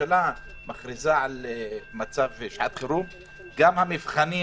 הממשלה מכריזה על מצב שעת חירום, גם המבחנים